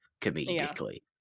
comedically